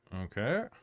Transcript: Okay